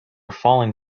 falling